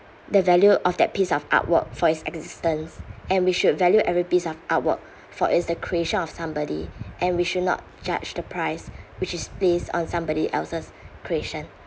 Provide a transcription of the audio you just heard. the value of that piece of artwork for its existence and we should value every piece of artwork for is the creation of somebody and we should not judge the price which is placed on somebody else's creation